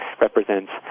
represents